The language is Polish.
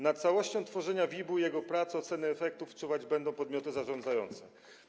Nad całością tworzenia WIB-u, jego pracą i oceną efektów czuwać będą podmioty zarządzające.